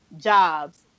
jobs